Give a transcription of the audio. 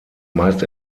meist